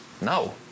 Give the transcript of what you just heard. No